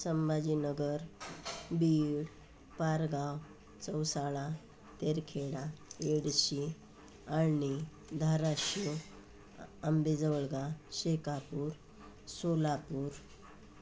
Sambhajinagar Beed Pargaon Chausala Terkheda Edshi Alani Dharashiv Ambejawalga Shekapur Solapur